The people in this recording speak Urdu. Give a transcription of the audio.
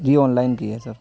جی آن لائن کی ہے سر